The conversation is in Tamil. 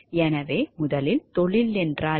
எனவே முதலில் தொழில் என்றால் என்ன என்பதை வரையறுப்போம்